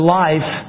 life